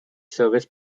service